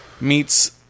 meets